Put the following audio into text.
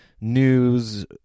news